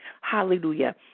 Hallelujah